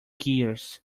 gears